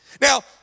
Now